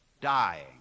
dying